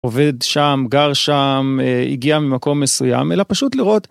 עובד שם גר שם הגיע ממקום מסוים אלא פשוט לראות.